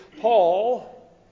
Paul